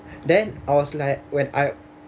then I was like when I